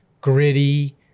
gritty